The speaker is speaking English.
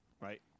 right